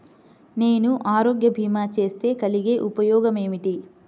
నేను ఆరోగ్య భీమా చేస్తే కలిగే ఉపయోగమేమిటీ?